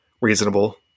reasonable